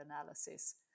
analysis